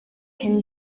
can